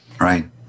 Right